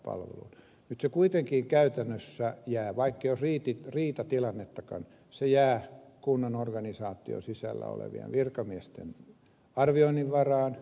nyt se kuitenkin käytännössä jää vaikkei olisi riitatilannettakaan kunnan organisaation sisällä olevien virkamiesten arvioinnin varaan